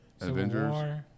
Avengers